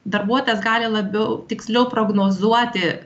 darbuotojas gali labiau tiksliau prognozuoti